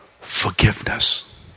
forgiveness